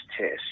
test